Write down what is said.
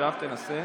עכשיו תנסה.